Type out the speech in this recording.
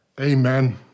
Amen